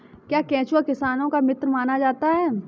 क्या केंचुआ किसानों का मित्र माना जाता है?